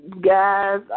Guys